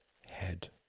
head